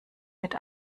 mit